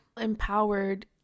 empowered